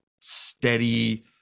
steady